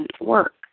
work